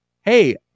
hey